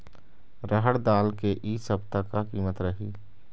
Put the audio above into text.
रहड़ दाल के इ सप्ता का कीमत रही?